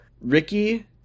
Ricky